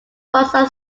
warsaw